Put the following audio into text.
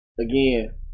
again